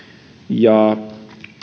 ja